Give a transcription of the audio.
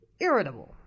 irritable